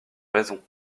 raison